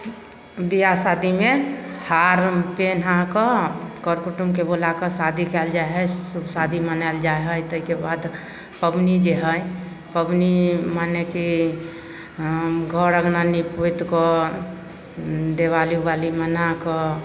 बिआह शादीमे हार पिनहाकऽ कर कुटुमके बुलाकऽ शादी कएल जाइ हइ शुभ शादी मनाएल जाइ हइ ताहिके बाद पबनी जे हइ पबनी मने कि हँ घर अँगना नीपि पोतिकऽ दिवाली उवाली मनाकऽ